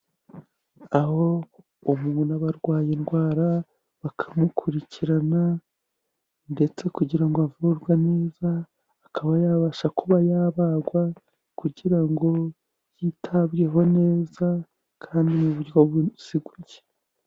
Aho umuntu aba arwaye indwara bakamukurikirana ndetse kugira ngo avurwe neza, akaba yabasha kuba yabagwa kugira ngo yitabweho neza kandi mu buryo buziguye.